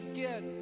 get